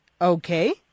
Okay